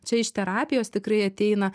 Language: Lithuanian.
čia iš terapijos tikrai ateina